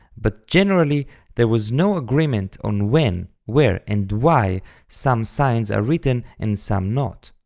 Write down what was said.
but generally there was no agreement on when, where, and why some signs are written and some not.